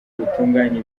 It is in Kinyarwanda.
rutunganya